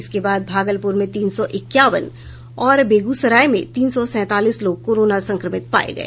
इसके बाद भागलपुर में तीन सौ इक्यावन और बेगूसराय में तीन सौ सैंतालीस लोग कोरोना संक्रमित पाए गए